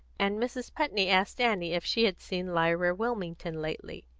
and mrs. putney asked annie if she had seen lyra wilmington lately.